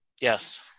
Yes